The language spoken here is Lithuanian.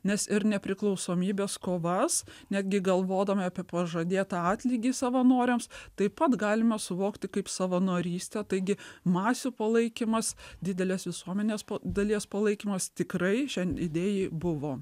nes ir nepriklausomybės kovas netgi galvodami apie pažadėtą atlygį savanoriams taip pat galima suvokti kaip savanorystę taigi masių palaikymas didelės visuomenės dalies palaikymas tikrai šiai idėjai buvo